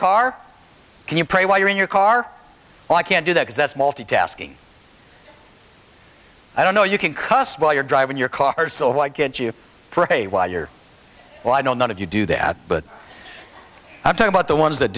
car can you pray while you're in your car well i can't do that cause that's multitasking i don't know you can cuss while you're driving your car so why can't you for a while you're well i know none of you do that but i talk about the ones that